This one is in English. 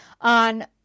on